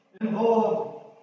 involved